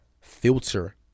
filter